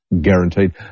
guaranteed